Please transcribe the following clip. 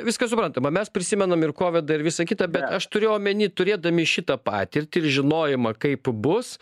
viskas suprantama mes prisimenam ir kovidą ir visa kita bet aš turiu omeny turėdami šitą patirtį ir žinojimą kaip bus